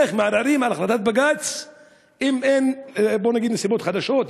איך מערערים על החלטת בג"ץ אם אין נסיבות חדשות,